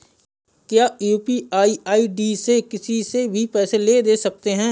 क्या UPI ID से किसी से भी पैसे ले दे सकते हैं?